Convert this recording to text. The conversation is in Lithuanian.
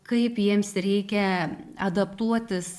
kaip jiems reikia adaptuotis